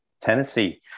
Tennessee